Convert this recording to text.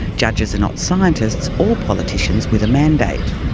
judges are not scientists or politicians with a mandate.